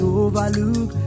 overlook